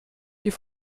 die